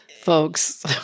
folks